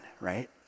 right